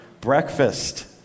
Breakfast